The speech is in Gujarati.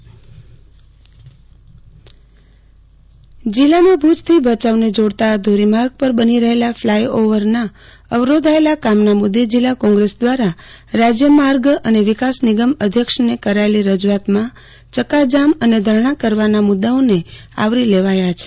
આરતી ભટ્ટ ભુ જોડી ફ્લાયઓવર જીલ્લામાં ભુજથી ભયાઉને જોડતા ધોરીમાર્ગ પર બની રહેલા ફ્લાયઓવરના અવરોધાયેલા કામના મુદ્દે જીલ્લા કોગ્રેસ દ્વારા રાજ્ય માર્ગ અને વિકાસ નિગમના અધ્યક્ષને કરાયેલી રજુઆતમાં ચક્કાજામ અને ધરણા કરવાના મુદ્દાઓને આવરી લેવાયા હતા